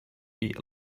eat